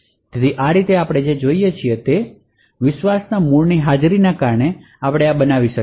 તેથી આ રીતે આપણે જે જોઈએ છીએ તે વિશ્વાસના મૂળની હાજરીને કારણે આપણે વિશ્વાસ સાંકળ બનાવીએ છીએ